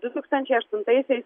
du tūkstančiai aštuntaisiais